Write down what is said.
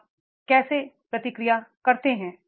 आप कैसे प्रतिक्रिया करते हैं